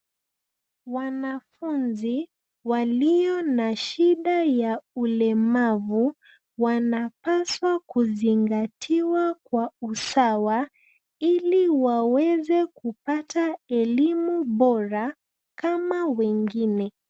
Wanafunzi walio na shida ya ulemavu wanapaswa kuzingatiwa kwa usawa ili waweze kupata elimu bora kama wengine.